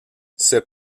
ces